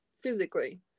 physically